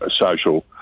social